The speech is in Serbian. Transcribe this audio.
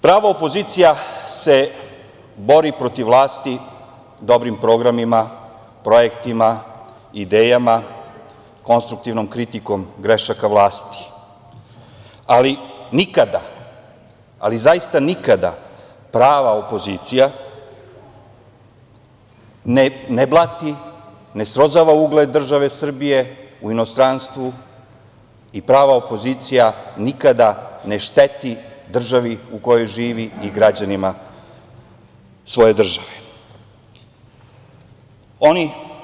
Prava opozicija se bori protiv vlasti dobrim programima, projektima, idejama, konstruktivnom kritikom grešaka vlasti, ali nikada, ali zaista nikada prava opozicija ne blati, ne srozava ugled države Srbije u inostranstvu i prava opozicija nikada ne šteti državi u kojoj živi i građanima svoje države.